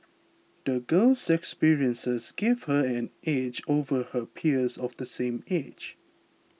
the girl's experiences gave her an edge over her peers of the same age